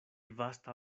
vasta